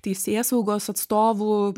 teisėsaugos atstovų